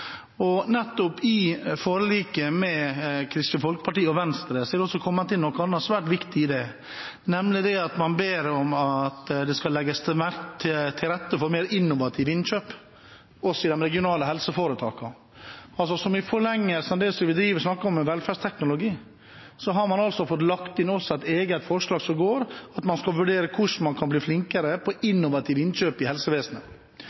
er nettopp framtidens helsevesen. I forliket med Kristelig Folkeparti og Venstre har det også kommet inn noe helt annet viktig, nemlig at man ber om at det skal legges til rette for mer innovative innkjøp også i de regionale helseforetakene. I forlengelsen av det vi snakker om når det gjelder velferdsteknologi, har man fått lagt inn et eget forslag som handler om at man skal vurdere hvordan man kan bli flinkere til å gjøre innovative innkjøp i helsevesenet.